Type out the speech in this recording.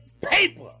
paper